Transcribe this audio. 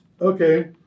Okay